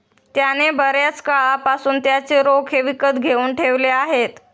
त्याने बर्याच काळापासून त्याचे रोखे विकत घेऊन ठेवले आहेत